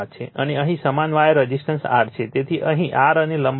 અને અહીં સમાન વાયર રઝિસ્ટન્સ R છે તેથી અહીં R અને લંબાઈ સમાન છે